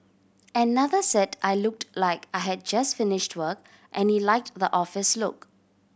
another said I looked like I had just finished work and he liked the office look